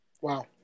Wow